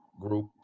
group